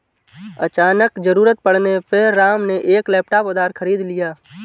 अचानक ज़रूरत पड़ने पे राम ने एक लैपटॉप उधार खरीद लिया